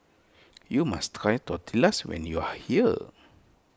you must try Tortillas when you are here